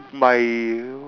my